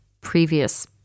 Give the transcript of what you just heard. previous